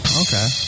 okay